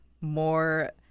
more